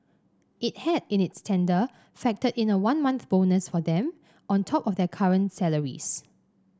it had in its tender factored in a one month bonus for them on top of their current salaries